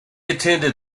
attended